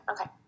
okay